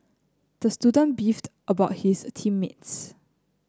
the student beefed about his team mates